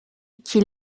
qui